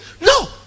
no